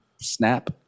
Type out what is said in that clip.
snap